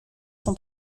son